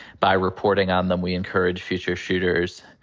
by reporting on them, we encourage future shooters.